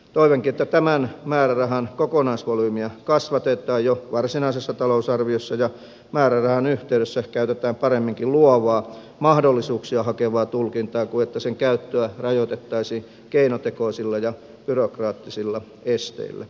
toivonkin että tämän määrärahan kokonaisvolyymiä kasvatetaan jo varsinaisessa talousarviossa ja määrärahan yhteydessä käytetään paremminkin luovaa mahdollisuuksia hakevaa tulkintaa kuin että sen käyttöä rajoitettaisiin keinotekoisilla ja byrokraattisilla esteillä